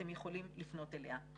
אתם יכולים לפנות אליה.